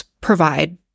provide